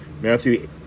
Matthew